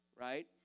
Right